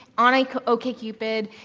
on like okcupid,